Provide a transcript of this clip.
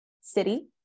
city